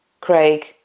Craig